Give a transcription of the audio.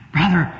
Brother